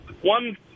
one